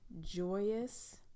joyous